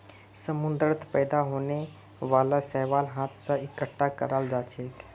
समुंदरत पैदा होने वाला शैवाल हाथ स इकट्ठा कराल जाछेक